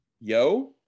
Yo